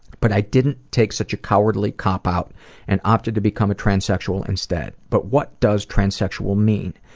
but i didn't take such a cowardly cop-out and opted to become a transsexual instead. but what does transsexual mean?